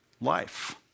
life